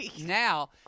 now